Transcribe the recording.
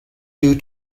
due